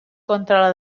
contra